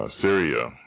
Syria